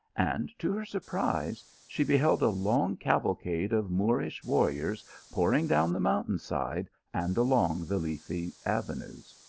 and to her sur prise, she beheld a long cavalcade of moorish war riors pouring down the mountain side, and along the leafy avenues.